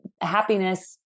happiness